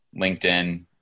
LinkedIn